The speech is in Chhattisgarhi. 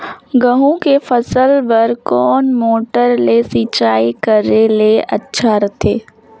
गहूं के फसल बार कोन मोटर ले सिंचाई करे ले अच्छा रथे?